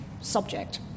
subject